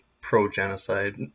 pro-genocide